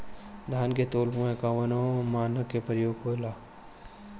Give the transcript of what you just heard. धान के तौल में कवन मानक के प्रयोग हो ला?